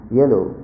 yellow